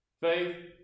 faith